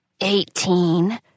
Eighteen